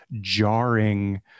jarring